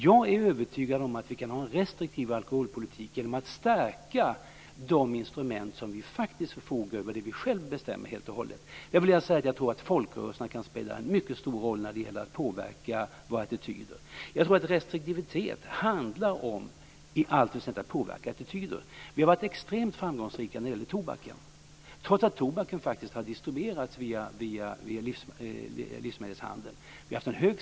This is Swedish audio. Jag är övertygad om att vi kan ha en restriktiv alkoholpolitik genom att stärka de instrument som vi faktiskt förfogar över, som vi själva helt och hållet bestämmer över. Folkrörelserna kan spela en mycket stor roll när det gäller att påverka våra attityder. Restriktivitet handlar mycket om attitydpåverkan. Vi har varit extremt framgångsrika när det gäller tobaken, trots att tobak har distribuerats via livsmedelshandeln.